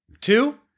Two